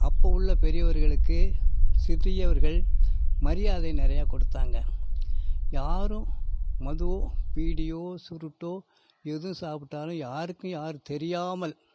அப்போது உள்ள பெரியவர்களுக்கு சிறியவர்கள் மரியாதை நிறைய கொடுத்தாங்க யாரும் மதுவோ பீடியோ சுருட்டோ எதுவும் சாப்பிட்டாலும் யாருக்கும் யார் தெரியாமல்